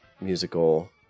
musical